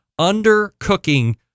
undercooking